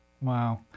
Wow